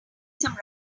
some